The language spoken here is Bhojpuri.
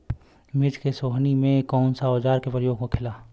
मिर्च के सोहनी में कौन सा औजार के प्रयोग होखेला?